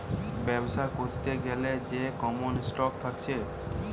বেবসা করতে গ্যালে যে কমন স্টক থাকছে